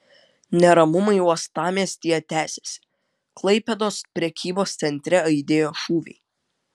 neramumai uostamiestyje tęsiasi klaipėdos prekybos centre aidėjo šūviai